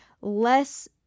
less